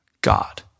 god